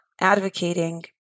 advocating